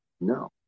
No